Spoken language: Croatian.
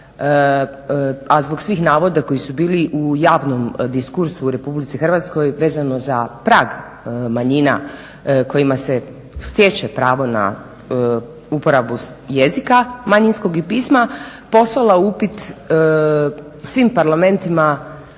a zbog svih navoda koji su bili u javnom diskursu u RH vezano za prag manjina kojima se stječe pravo na uporabu jezika manjinskog i pisma, poslala upit svim parlamentima